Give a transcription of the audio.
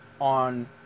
on